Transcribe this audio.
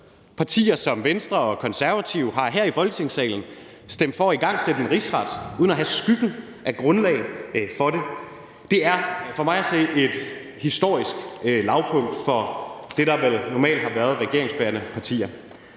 Partier som Venstre og Konservative har her i Folketingssalen stemt for at igangsætte en rigsret uden at have skyggen af grundlag for det. Det er for mig at se et historisk lavpunkt for det, der vel normalt har været regeringsbærende partier.